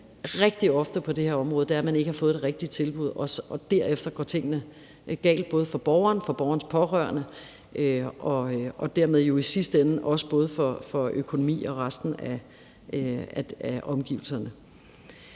rigtig ofte på det her område, er, at man ikke har fået det rigtige tilbud. Derefter går tingene galt, både for borgeren og for borgerens pårørende og dermed jo i sidste ende også både i forhold til økonomi og resten af omgivelserne.